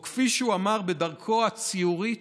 או כפי שהוא אמר בדרכו הציורית,